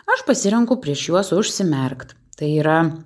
aš pasirenku prieš juos užsimerkt tai yra